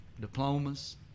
Diplomas